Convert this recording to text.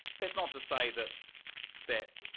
that's not to say that that